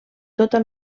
tota